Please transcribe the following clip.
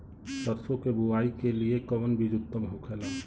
सरसो के बुआई के लिए कवन बिज उत्तम होखेला?